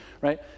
right